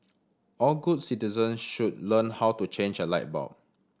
all good citizen should learn how to change a light bulb